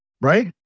right